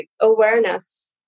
awareness